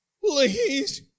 Please